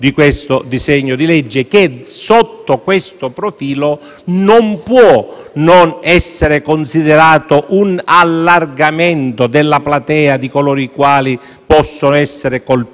questo profilo non può non essere considerato un allargamento della platea di coloro i quali possono essere colpiti dalla nuova